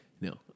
No